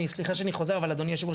סליחה שאני חוזר אדוני היושב-ראש,